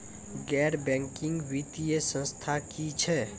गैर बैंकिंग वित्तीय संस्था की छियै?